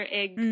egg